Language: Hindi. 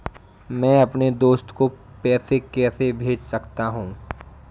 मैं अपने दोस्त को पैसे कैसे भेज सकता हूँ?